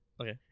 Okay